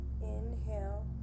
Inhale